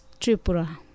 Tripura